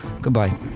Goodbye